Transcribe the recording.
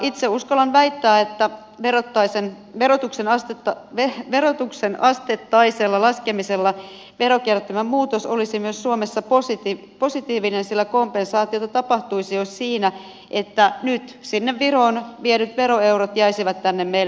itse uskallan väittää että verotuksen asteittaisella laskemisella verokertymän muutos olisi myös suomessa positiivinen sillä kompensaatiota tapahtuisi jo siinä että nyt sinne viroon viedyt veroeurot jäisivät tänne meille suomeen